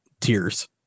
tears